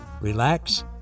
relax